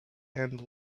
and